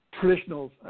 traditional